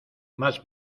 más